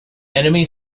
enemy